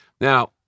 Now